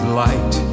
light